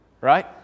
Right